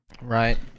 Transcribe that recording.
right